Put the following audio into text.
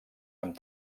amb